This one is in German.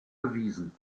bewiesen